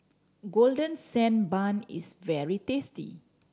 Golden Sand Bun is very tasty